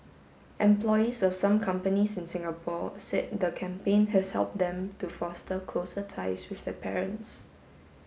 employees of some companies in Singapore said the campaign has helped them to foster closer ties with their parents